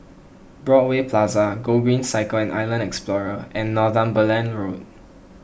Broadway Plaza Gogreen Cycle and Island Explorer and Northumberland Road